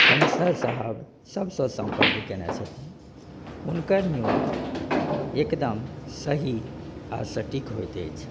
commissioner साहब सभसँ सम्पर्क कयने छथिन हुनकर न्युज एकदम सही आ सटीक होइत अछि